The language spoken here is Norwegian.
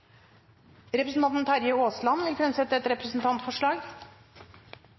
Representanten Terje Aasland vil fremsette et representantforslag.